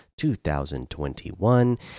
2021